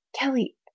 Kelly